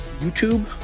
YouTube